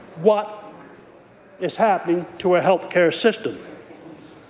what is happening to our health care system